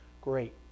great